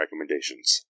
Recommendations